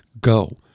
go